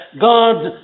God